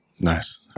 Nice